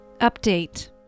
Update